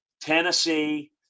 Tennessee